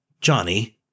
Johnny